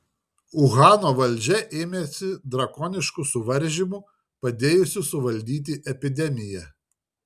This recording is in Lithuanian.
uhano valdžia ėmėsi drakoniškų suvaržymų padėjusių suvaldyti epidemiją